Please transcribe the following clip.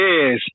Yes